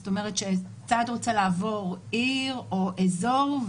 זאת אומרת שצד רוצה לעבור עיר או אזור,